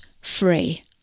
free